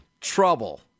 trouble